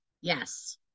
yes